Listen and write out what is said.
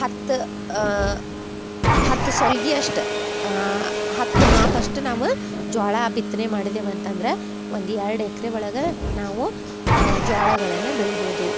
ಹತ್ತು ಹತ್ತು ಸೊಲ್ಗಿ ಅಷ್ಟ ಹತ್ತು ಮಾಪಷ್ಟು ನಾವು ಜ್ವಾಳ ಬಿತ್ನೆ ಮಾಡಿದೇವೆ ಅಂತಂದ್ರೆ ಒಂದು ಎರಡು ಎಕ್ರೆ ಒಳಗೆ ನಾವು ಜ್ವಾಳಗಳನ್ನ ಬೆಳಿಬೋದು